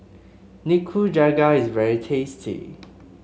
nikujaga is very tasty